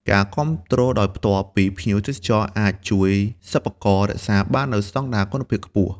ការគាំទ្រដោយផ្ទាល់ពីភ្ញៀវទេសចរអាចជួយសិប្បករ រក្សាបាននូវស្តង់ដារ គុណភាពខ្ពស់។